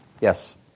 Yes